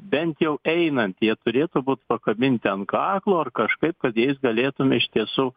bent jau einant jie turėtų būt pakabinti ant kaklo ar kažkaip kad jais galėtum iš tiesų